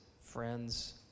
friends